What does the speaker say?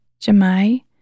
Jemai